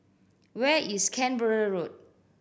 where is Canberra Road